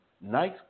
Nice